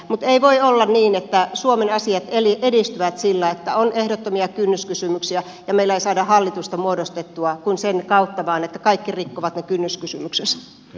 mutta ei voi olla niin että suomen asiat edistyvät sillä että on ehdottomia kynnyskysymyksiä ja meillä ei saada hallitusta muodostettua kuin sen kautta vain että kaikki rikkovat ne kynnyskysymyksensä